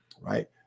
right